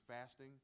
fasting